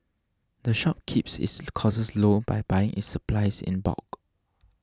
the shop keeps its costs low by buying its supplies in bulk